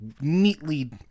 neatly